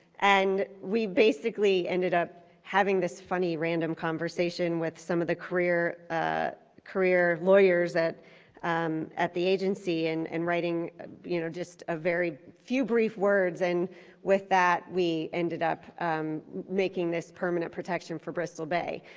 and we basically ended up having this funny random conversation with some of the career ah career lawyers um at the agency. and and writing ah you know just a very few brief words and with that we ended up making this permanent protection for bristol bay.